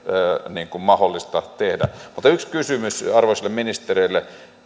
mahdollista tehdä mutta yksi kysymys arvoisille ministereille